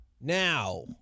Now